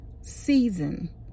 season